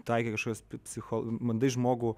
taikai kažkokias psicho bandai žmogų